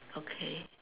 okay